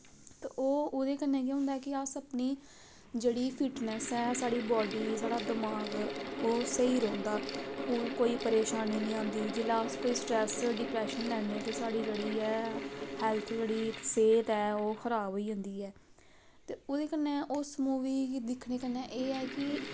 ते ओह् ओह्दे कन्नै केह् होंदा कि अस अपनी जेह्ड़ी फिट्टनैस ऐ साढ़ी बाडी साढ़ा दमाक ओह् स्हेई रौंह्दा और कोई परेशानी निं आंदी जेल्लै अस कोई स्ट्रेस डिप्रैशन लैन्ने ते साढ़ी जेह्ड़ी ऐ हैल्थ जेह्ड़ी सेह्त ऐ ओह् खराब होई जंदी ऐ ते ओह्दे कन्नै उस मूवी गी दिक्खने कन्नै एह् ऐ की